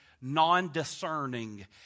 non-discerning